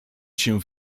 się